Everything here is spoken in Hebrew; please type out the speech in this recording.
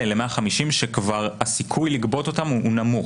אלה 150,000,000 שכבר הסיכוי לגבות אותם הוא נמוך.